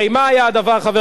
חבר הכנסת מג'אדלה,